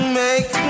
make